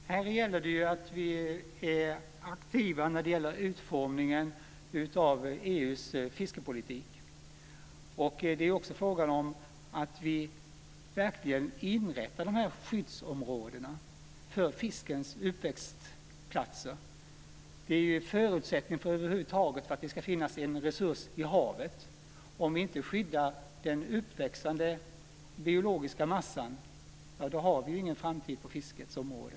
Fru talman! Här gäller det att vi är aktiva med utformningen av EU:s fiskepolitik. Det är också fråga om att vi verkligen inrättar skyddsområden för fiskens uppväxtplatser. Det är förutsättningen för att det över huvud taget ska finnas en resurs i havet. Om vi inte skyddar den uppväxande biologiska massan så har vi ingen framtid på fiskets område.